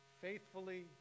faithfully